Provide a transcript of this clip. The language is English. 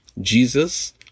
Jesus